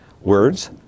words